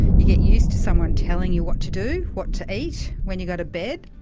you get used to someone telling you what to do, what to eat, when you go to bed.